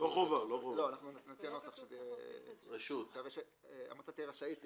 לא, אנחנו נתקן שהמועצה תהיה רשאית לבחור.